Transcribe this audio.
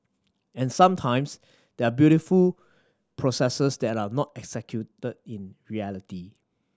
and sometimes there are beautiful processes that are not executed in reality